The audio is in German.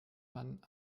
man